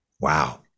Wow